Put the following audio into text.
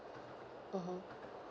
mmhmm